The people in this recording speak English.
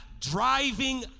driving